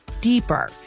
deeper